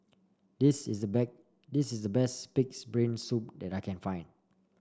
this is the this is the best pig's brain soup that I can find